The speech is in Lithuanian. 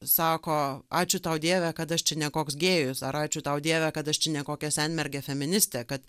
sako ačiū tau dieve kad aš čia ne koks gėjus ar ačiū tau dieve kad aš čia ne kokia senmergė feministė kad